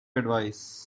advice